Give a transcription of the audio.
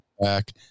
back